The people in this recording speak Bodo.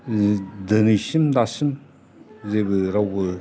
दिनैसिम दासिम जेबो रावबो